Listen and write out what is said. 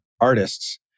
artists